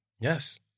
Yes